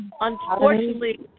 unfortunately